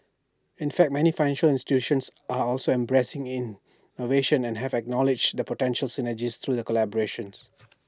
in fact many financial institutions are also embracing innovation and have acknowledged the potential synergies through collaboration